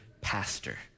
pastor